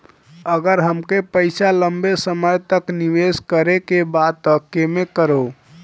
अगर हमके पईसा लंबे समय तक निवेश करेके बा त केमें करों?